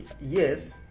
yes